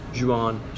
Juan